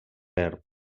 per